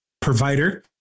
provider